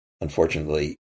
unfortunately